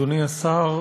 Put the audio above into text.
אדוני השר,